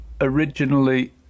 originally